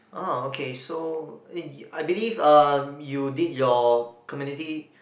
ah okay so I believe um you did your community